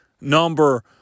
number